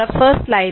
I1 2